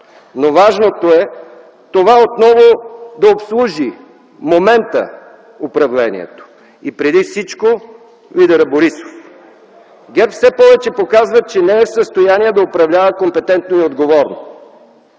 Но важното е това отново да обслужи моментът – управлението, и, преди всичко, лидера Борисов. ГЕРБ все повече показва, че не е в състояние да управлява компетентно и отговорно.